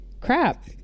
Crap